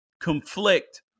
conflict